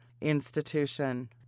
institution